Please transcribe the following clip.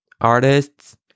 artists